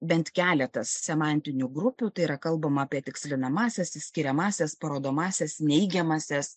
bent keletas semantinių grupių tai yra kalbama apie tikslinamąsias skiriamąsias parodomąsias neigiamąsias